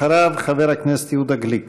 אחריו, חבר הכנסת יהודה גליק.